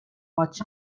much